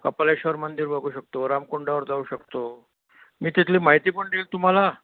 कपालेश्वर मंदिर बघू शकतो रामकुंडावर जाऊ शकतो मी तिथली माहिती पण देईल तुम्हाला